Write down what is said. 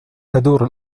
تدور